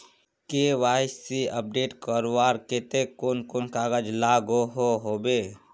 KYC update करवार केते कुन कुन कागज लागोहो होबे?